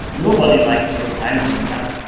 nobody likes doing time zone math.